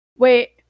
Wait